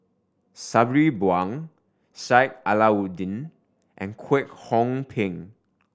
Sabri Buang Sheik Alau'ddin and Kwek Hong Png